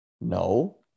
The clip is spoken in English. No